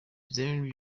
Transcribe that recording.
ibizamini